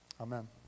Amen